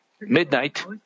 midnight